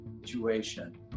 situation